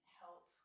help